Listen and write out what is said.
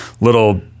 little